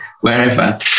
wherever